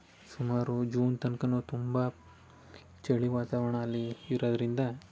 ಸುಮಾರು ಜೂನ್ ತನ್ಕವೂ ತುಂಬ ಚಳಿ ವಾತಾವರಣ ಅಲ್ಲಿ ಇರೋದರಿಂದ